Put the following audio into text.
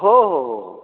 हो हो हो हो